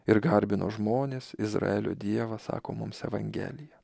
ir garbino žmonės izraelio dievas sako mums evangelija